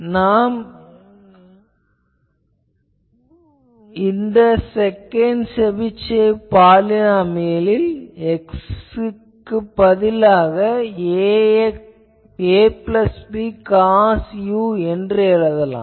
நாம் இந்த 2nd வரிசை செபிஷேவ் பாலினாமியலில் x க்குப் பதில் a b cos என எழுதலாம்